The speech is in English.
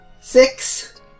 Six